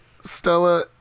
Stella